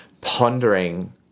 pondering